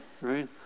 right